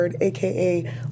aka